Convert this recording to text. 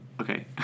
okay